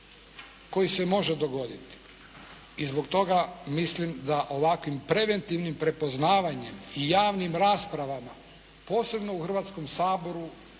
koji se može dogoditi i zbog toga mislim da ovakvim preventivnim prepoznavanjem i javnim raspravama posebno u Hrvatskom saboru